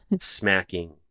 smacking